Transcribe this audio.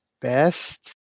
best